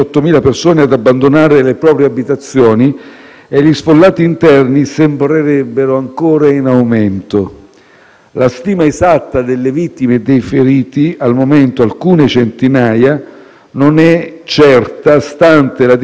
Anche la missione dell'ONU condivide comunque la percezione di un probabile aggravarsi della crisi. In questa prospettiva e in questa situazione il rischio di una crisi umanitaria è concreto.